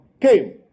came